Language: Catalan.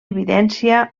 evidència